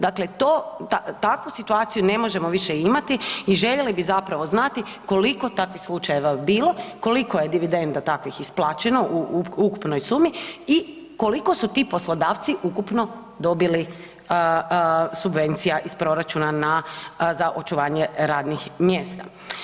Dakle, to, takvu situaciju ne možemo više imati i željeli bi zapravo znati koliko takvih slučajeva je bilo, koliko je dividenda takvih isplaćeno u ukupnoj sumi i koliko su ti poslodavci ukupno dobili subvencija iz proračuna na, za očuvanje radnih mjesta.